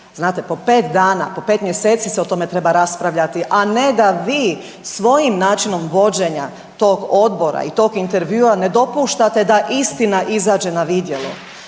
raspravljati, po 5 mjeseci se o tome treba raspravljati, a ne da vi svojim načinom vođenja tog Odbora i tog intervjua ne dopuštate da istina izađe na vidjelo.